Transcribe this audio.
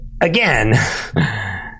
again